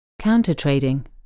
Counter-trading